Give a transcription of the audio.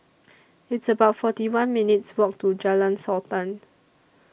It's about forty one minutes' Walk to Jalan Sultan